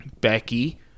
Becky